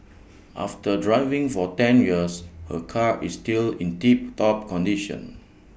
after driving for ten years her car is still in tip top condition